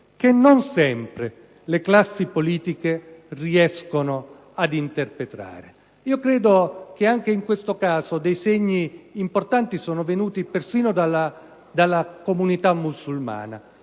che non sempre le classi politiche riescono ad interpretare. Io credo che, anche in questo caso, dei segni importanti siano venuti persino dalla comunità musulmana.